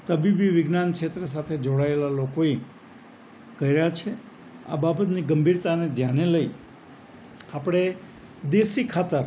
તબીબી વિજ્ઞાન ક્ષેત્ર સાથે જોડાયેલા લોકોએ કર્યા છે આ બાબતને ગંભીરતાને ધ્યાને લઈ આપણે દેશી ખાતર